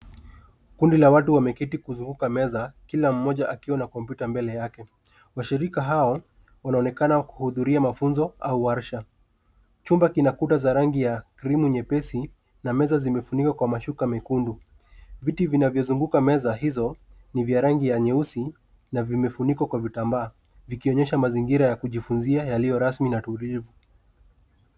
Kundi la watu wameketi kuzunguka meza, kila mmoja akiwa na kompyuta mbele yake. Washirika hao, wanaonekana kuhudhuria mafunzo au warsha. Chumba kina kuta za rangi ya krimu nyepesi na meza zimefunikwa kwa mashuka mekundu. Viti vinvyozunguka meza hizo ni vya rangi ya nyeusi na vimefunikwa vitambaa, vikionyesha mazingira ya kujifunzia yaliyo rasmi na tulivu.